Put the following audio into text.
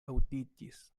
aŭdiĝis